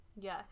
Yes